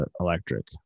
electric